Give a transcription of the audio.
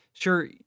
Sure